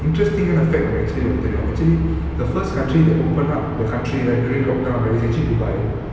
interesting fact actually one thing actually the first country that opened up the country right during lockdown right is actually dubai